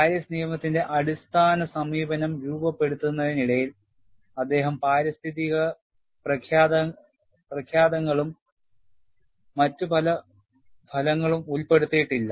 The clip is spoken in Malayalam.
Paris നിയമത്തിന്റെ അടിസ്ഥാന സമീപനം രൂപപ്പെടുത്തുന്നതിനിടയിൽ അദ്ദേഹം പാരിസ്ഥിതിക പ്രത്യാഘാതങ്ങളും മറ്റ് പല ഫലങ്ങളും ഉൾപ്പെടുത്തിയിട്ടില്ല